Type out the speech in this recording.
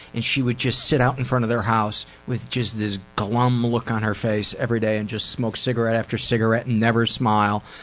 and she would just sit out in front of their house with just this glum look on her face every day. and just smoke cigarette after cigarette and never smile,